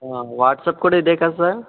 WhatsApp కూడా ఇదే కదా సార్